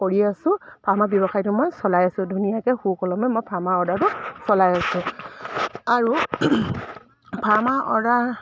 কৰি আছোঁ ফাৰ্মাৰ ব্যৱসায়টো মই চলাই আছোঁ ধুনীয়াকৈ সুকলমে মই ফাৰ্মাৰ অৰ্ডাৰটো চলাই আছোঁ আৰু ফাৰ্মাৰ অৰ্ডাৰ